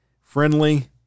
friendly